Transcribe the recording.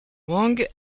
wang